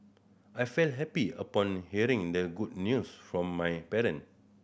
I felt happy upon hearing the good news from my parent